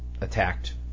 Attacked